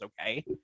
okay